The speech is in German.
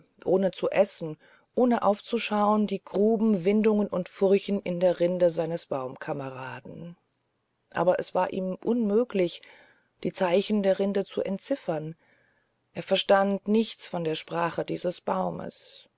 ohne zu trinken ohne aufzuschauen die gruben windungen und furchen in der rinde seines baumkameraden aber es war ihm unmöglich die zeichen der rinde zu entziffern er verstand nichts von der sprache dieses baumes